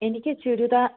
എനിക്ക് ചുരിദാര്